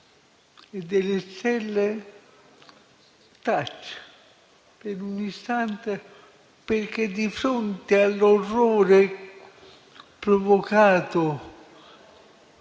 e delle stelle taccia per un istante, perché l'orrore provocato